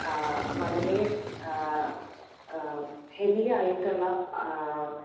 വളരെ ഹെവി ആയിട്ടുള്ള